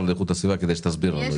להגנת הסביבה כדי שתסביר לנו את זה.